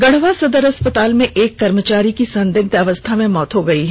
गढ़वा सदर अस्पताल में एक कर्मचारी की संदिग्ध अवस्था में मौत हो गई है